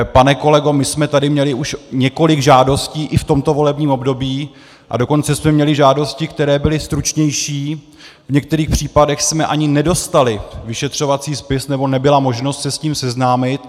Pane kolego, my jsme tady měli už několik žádostí i v tomto volebním období, a dokonce jsme měli žádosti, které byly stručnější, v některých případech jsme ani nedostali vyšetřovací spis, nebo nebyla možnost se s ním seznámit.